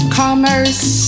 commerce